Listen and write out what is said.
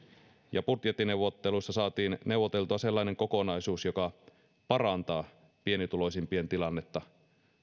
ja budjettineuvotteluissa saatiin neuvoteltua sellainen kokonaisuus joka parantaa pienituloisimpien tilannetta